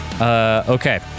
Okay